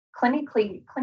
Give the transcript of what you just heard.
clinically